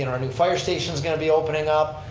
and our new fire station's going to be opening up.